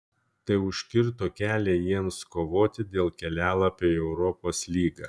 tai užkirto kelią jiems kovoti dėl kelialapio į europos lygą